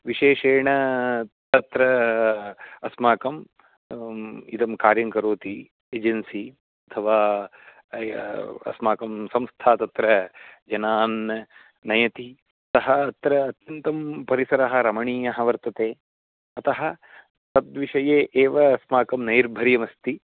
विशेषेण तत्र अस्माकं इदं कार्यं करोति एजन्सि अथवा अस्माकं संस्था तत्र जनान् नयति अतः अत्र अत्यन्तं परिसरः रमणीयः वर्तते अतः तद्विषये एव अस्माकं नैर्भर्यमस्ति